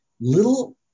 little